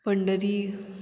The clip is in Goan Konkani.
पंडरी